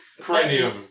Cranium